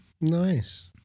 Nice